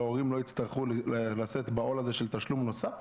שההורים לא הצטרכו לשאת בעול הזה של תשלום נוסף?